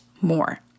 more